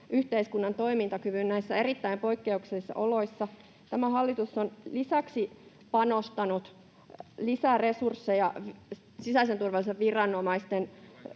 yhteiskunnan toimintakyvyn näissä erittäin poikkeuksellisissa oloissa, tämä hallitus on lisäksi panostanut lisäresursseja sisäisen turvallisuuden viranomaisten